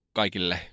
Kaikille